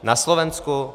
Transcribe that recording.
Na Slovensku?